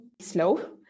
slow